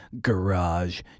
garage